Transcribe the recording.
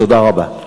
תודה רבה.